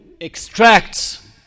extracts